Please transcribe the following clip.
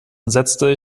setzte